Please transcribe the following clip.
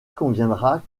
conviendra